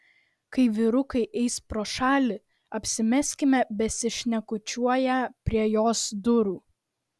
kai vyrukai eis pro šalį apsimeskime besišnekučiuoją prie jos durų